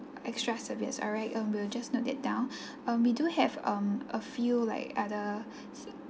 extra service alright uh we'll just note that down um we do have um a few like other